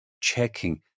checking